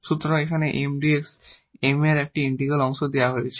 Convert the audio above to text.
সুতরাং এখানে 𝑀𝑑𝑥 M এর ইন্টিগ্রাল অংশ দেওয়া হয়েছে